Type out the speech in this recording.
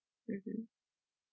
mmhmm